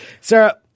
Sarah